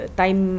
time